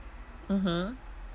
mmhmm